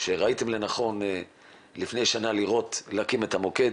שראיתם לנכון לפני שנה להקים את המוקד,